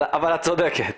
אבל את צודקת.